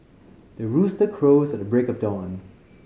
the rooster crows at the break of dawn